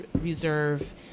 reserve